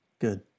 Good